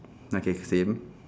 okay same